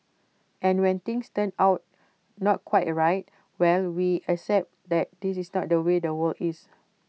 and when things turn out not quite A right well we accept that this is not the way the world is